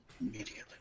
Immediately